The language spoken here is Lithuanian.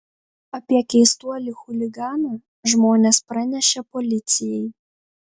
apie keistuolį chuliganą žmonės pranešė policijai